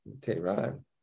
Tehran